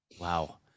Wow